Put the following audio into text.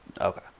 Okay